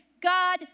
God